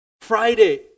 Friday